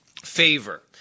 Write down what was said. favor